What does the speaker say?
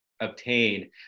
obtain